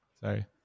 Sorry